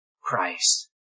Christ